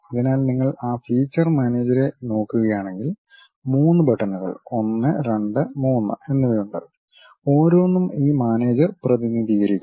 അതിനാൽ നിങ്ങൾ ആ ഫീച്ചർ മാനേജരെ നോക്കുകയാണെങ്കിൽ 3 ബട്ടണുകൾ 1 2 3 എന്നിവയുണ്ട് ഓരോന്നും ഈ മാനേജർ പ്രതിനിധീകരിക്കുന്നു